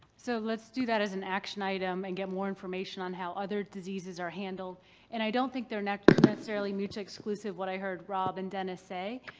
so let's do that as an action item and get more information on how other diseases are handled and i don't think they're necessarily mutually exclusive. what i heard rob and dennis say,